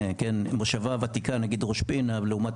יחסית לעולם,